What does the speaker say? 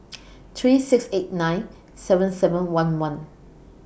three six eight nine seven seven one one